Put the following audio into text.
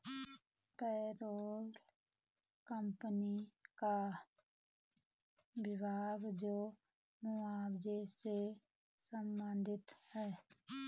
payroll company का विभाग जो मुआवजे से संबंधित है